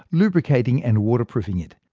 lubricating and waterproofing it.